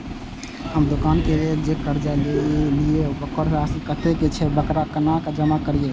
हम दुकान के लेल जे कर्जा लेलिए वकर राशि कतेक छे वकरा केना जमा करिए?